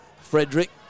Frederick